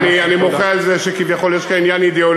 אני מוחה על זה שכביכול יש כאן עניין אידיאולוגי,